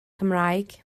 cymraeg